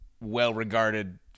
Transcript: well-regarded